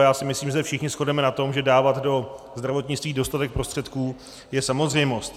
Já si myslím, že se všichni shodneme na tom, že dávat do zdravotnictví dostatek prostředků je samozřejmost.